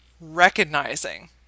recognizing